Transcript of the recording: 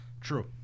True